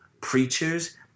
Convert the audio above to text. preachers